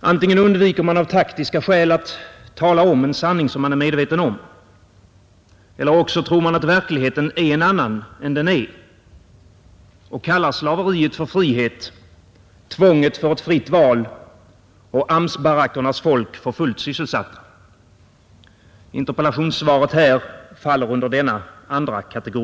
Antingen undviker man av taktiska skäl att tala om en sanning som man är medveten om. Eller också tror man att verkligheten är en annan än den är — och kallar slaveriet för frihet, tvånget för ett fritt val och AMS-barackernas folk för fullt sysselsatta. Interpellationssvaret här faller under denna andra kategori.